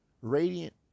radiant